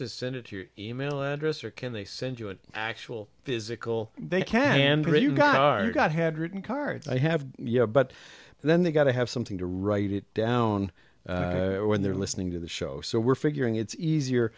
to send it to your e mail address or can they send you an actual physical they can bring you guys got had written cards i have you know but then they got to have something to write it down when they're listening to the show so we're figuring it's easier